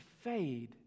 fade